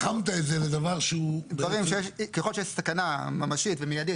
ככל שיש סכנה ממשית ומיידית,